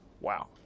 Wow